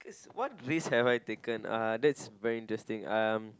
what risk have I taken uh that's very interesting um